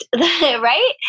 right